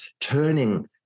turning